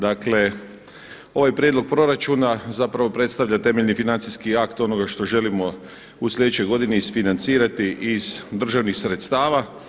Dakle, ovaj prijedlog proračuna zapravo predstavlja temeljni financijski akt onoga što želimo u sljedećoj godini isfinancirati iz državnih sredstava.